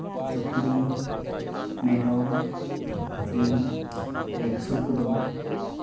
ᱥᱩᱠᱨᱤ ᱢᱮᱨᱚᱢ ᱥᱤᱢᱞᱮ ᱟᱹᱥᱩᱞ ᱠᱚᱫᱚ